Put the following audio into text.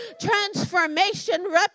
Transformation